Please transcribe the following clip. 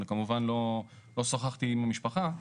אני כמובן לא שוחחתי עם המשפחה,